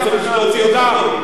של הבחירות לסטודנטים.